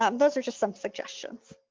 um those are just some suggestions.